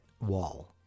wall